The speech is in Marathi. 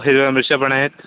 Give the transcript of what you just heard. हिरव्या मिरच्या पण आहेत